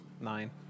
Nine